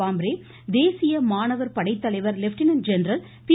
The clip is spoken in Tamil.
பாம்ரே தேசிய மாணவர் படைத்தலைவர் லெப்டினென்ட் ஜெனரல் பி